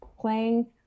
playing